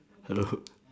hello